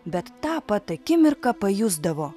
bet tą pat akimirką pajusdavo